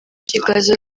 kikaza